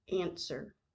Answer